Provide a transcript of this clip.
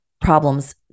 problems